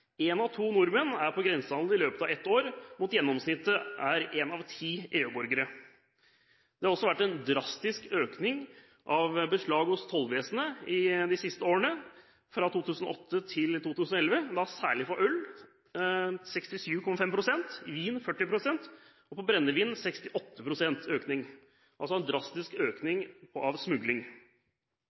av 2 nordmenn er på grensehandel i løpet av et år, mot et gjennomsnitt på 1 av 10 EU-borgere. Det har også vært en økning i beslag hos tollvesenet i perioden 2008–2011, særlig for øl , vin og brennevin Det er altså en drastisk økning i smugling.